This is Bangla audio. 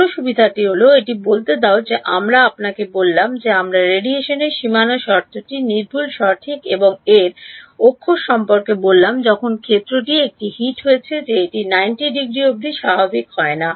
অন্য সুবিধাটি হল এটি বলতে দাও যে আমরা আপনাকে বললাম যে এই রেডিয়েশনের সীমানা পরিস্থিতিটি নির্ভুল সঠিক এবং এর সম্পর্কে বললাম যখন ক্ষেত্রটি হিট করছে এটি 90 ডিগ্রি অবধি স্বাভাবিক হয় না